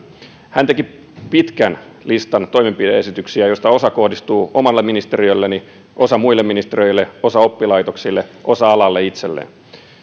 hän teki pitkän listan toimenpide esityksiä joista osa kohdistuu omalle ministeriölleni osa muille ministeriöille osa oppilaitoksille osa alalle itselleen